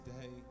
today